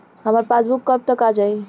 हमार पासबूक कब तक आ जाई?